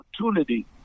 opportunity